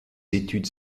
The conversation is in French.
études